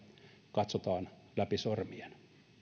katsotaan läpi sormien